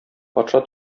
патша